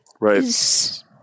right